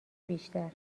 بیشتر